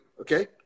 okay